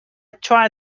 try